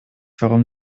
warum